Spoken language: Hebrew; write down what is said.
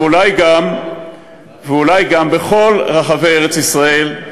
ואולי גם בכל רחבי ארץ-ישראל,